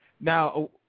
Now